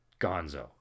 gonzo